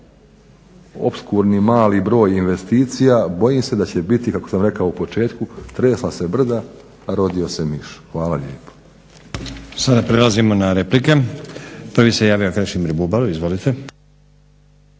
opskurni mali broj investicija bojim se da će biti kako sam rekao u početku "tresla se brda a rodio se miš". Hvala lijepo. **Stazić, Nenad (SDP)** Sada prelazimo na replike. Prvi se javio Krešimir Bubalo. Izvolite.